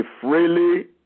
freely